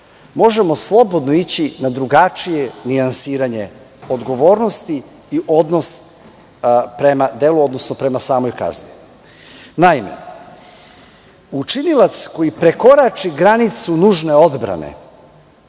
možemo slobodno ići na drugačije nijansiranje odgovornosti i odnosa prema delu, odnosno prema samoj kazni. Naime, učinilac koji prekorači granicu nužne odbrane,